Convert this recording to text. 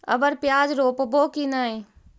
अबर प्याज रोप्बो की नय?